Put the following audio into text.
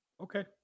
Okay